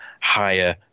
higher